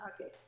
Okay